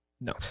No